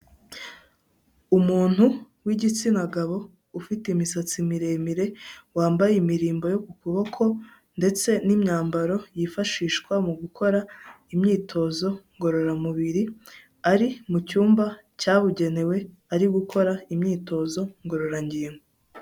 Umuntu w'igitsina gabo ufite imisatsi miremire wambaye imirimbo yo ku kuboko ndetse n'imyambaro yifashishwa mu gukora imyitozo ngororamubiri, ari mu cyumba cyabugenewe ari gukora imyitozo ngororangingo.